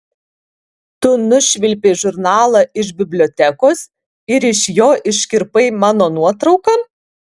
tu nušvilpei žurnalą iš bibliotekos ir iš jo iškirpai mano nuotrauką